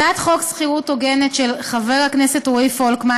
הצעת חוק שכירות הוגנת של חבר הכנסת רועי פולקמן